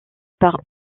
par